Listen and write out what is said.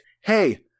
hey